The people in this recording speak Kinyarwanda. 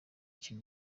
icyo